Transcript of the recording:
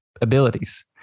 abilities